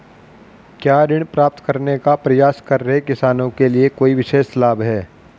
क्या ऋण प्राप्त करने का प्रयास कर रहे किसानों के लिए कोई विशेष लाभ हैं?